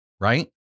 right